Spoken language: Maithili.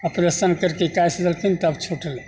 ऑपरेशन करिके काटि देलखिन तब छूटलै